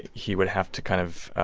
he would have to kind of.